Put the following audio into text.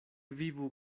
vivu